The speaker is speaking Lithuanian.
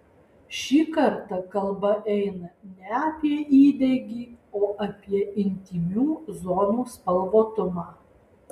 šį kartą kalba eina ne apie įdegį o apie intymių zonų spalvotumą